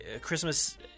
Christmas